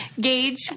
gage